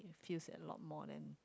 feels a lot more than